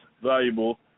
valuable